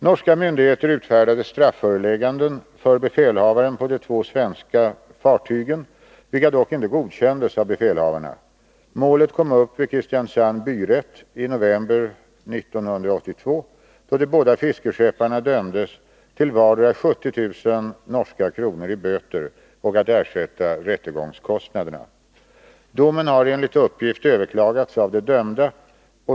Norska myndigheter utfärdade strafförelägganden för befälhavaren på de två svenska fartygen, vilka dock inte godkändes av befälhavarna. Målet kom upp vid Kristiansand byrett i november 1982, då de båda fiskeskepparna dömdes till vardera 70 000 norska kronor i böter och att ersätta rättegångskostnaderna. Domen har enligt uppgift överklagats av de dömda.